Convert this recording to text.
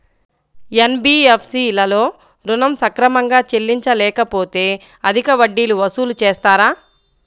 NBFC లలో ఋణం సక్రమంగా చెల్లించలేకపోతె అధిక వడ్డీలు వసూలు చేస్తారా?